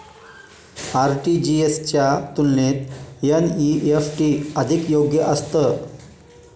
RTGS च्या तुलनेत NEFT अधिक योग्य असतं